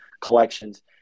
collections